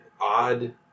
odd